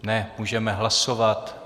Ne, můžeme hlasovat.